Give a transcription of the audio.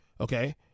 Okay